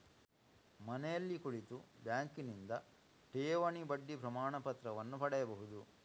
ಮನೆಯಲ್ಲಿ ಕುಳಿತು ಬ್ಯಾಂಕಿನಿಂದ ಠೇವಣಿ ಬಡ್ಡಿ ಪ್ರಮಾಣಪತ್ರವನ್ನು ಪಡೆಯಬಹುದು